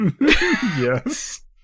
Yes